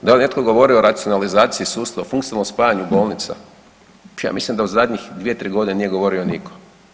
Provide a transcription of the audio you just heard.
Da li je netko govorio o racionalizaciji sustava, funkcionalnom spajanju bolnica, ja mislim da u zadnjih 2, 3 godine nije govorio nitko.